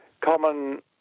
common